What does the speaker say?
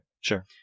sure